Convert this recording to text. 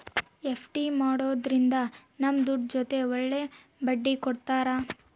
FD ಮಾಡೋದ್ರಿಂದ ನಮ್ ದುಡ್ಡು ಜೊತೆ ಒಳ್ಳೆ ಬಡ್ಡಿ ಕೊಡ್ತಾರ